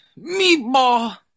Meatball